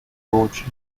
torch